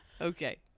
Okay